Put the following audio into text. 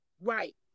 Right